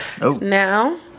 now